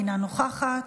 אינה נוכחת,